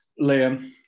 Liam